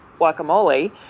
guacamole